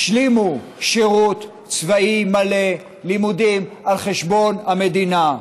שהשלימו שירות צבאי מלא, לימודים על חשבון המדינה.